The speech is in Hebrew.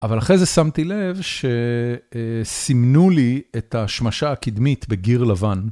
אבל אחרי זה שמתי לב שסימנו לי את השמשה הקדמית בגיר לבן.